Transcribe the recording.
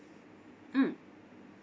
mm